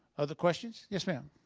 other questions? yes, ma'am.